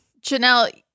Janelle